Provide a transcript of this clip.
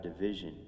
division